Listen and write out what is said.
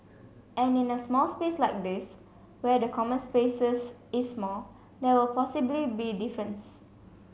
and in a small space like this where the common spaces is small there will possibly be difference